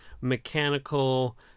mechanical